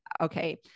okay